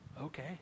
okay